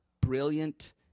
brilliant